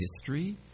history